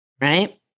right